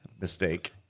mistake